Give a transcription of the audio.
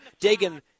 Dagan